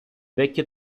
vecchio